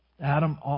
Adam